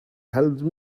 helped